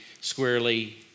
squarely